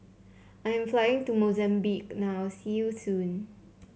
I am flying to Mozambique now see you soon